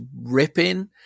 ripping